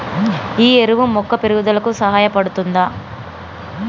ఈ ఎరువు మొక్క పెరుగుదలకు సహాయపడుతదా?